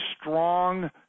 strong